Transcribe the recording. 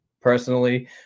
personally